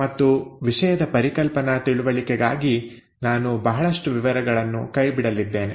ಮತ್ತು ವಿಷಯದ ಪರಿಕಲ್ಪನಾ ತಿಳುವಳಿಕೆಗಾಗಿ ನಾನು ಬಹಳಷ್ಟು ವಿವರಗಳನ್ನು ಕೈ ಬಿಡಲಿದ್ದೇನೆ